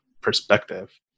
perspective